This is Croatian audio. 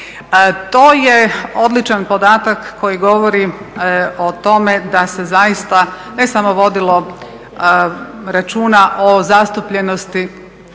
to je odličan podatak koji govori o tome da se zaista ne samo vodilo računa o zastupljenosti